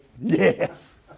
Yes